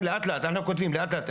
אנחנו כותבים לאט לאט.